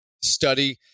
study